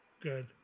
Good